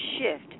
shift